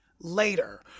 later